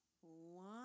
One